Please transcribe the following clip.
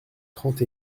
trente